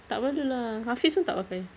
tak perlu lah hafiz pun tak pakai